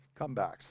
comebacks